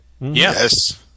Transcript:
Yes